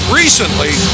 recently